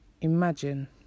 Imagine